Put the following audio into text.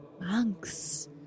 monks